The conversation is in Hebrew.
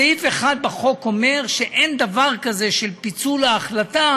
אז סעיף 1 בחוק אומר שאין דבר כזה פיצול ההחלטה